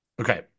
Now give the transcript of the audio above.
Okay